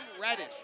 Reddish